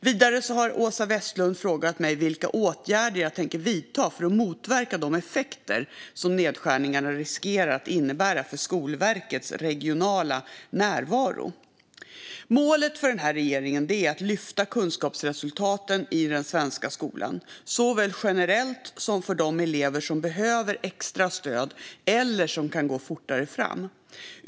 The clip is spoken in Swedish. Vidare har Åsa Westlund frågat mig vilka åtgärder jag tänker vidta för att motverka de effekter som nedskärningarna riskerar att innebära för Skolverkets regionala närvaro. Målet för regeringen är att lyfta kunskapsresultaten i den svenska skolan, såväl generellt som för de elever som behöver extra stöd eller som kan gå fortare fram.